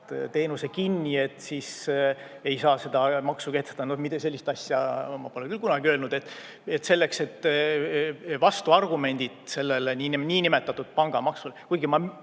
teenuse kinni, et siis ei saa seda maksu kehtestada. Sellist asja ma pole küll kunagi öelnud, et selleks, et vastuargumendid sellele niinimetatud pangamaksule. Kuigi